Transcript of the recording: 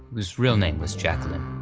whose real name was jacqueline.